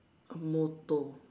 a motor